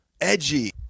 edgy